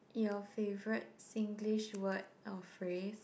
your favourite Singlish word or phrase